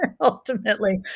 ultimately